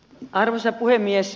arvoisa puhemies